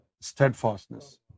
steadfastness